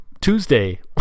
Tuesday